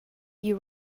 you